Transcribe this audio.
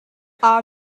our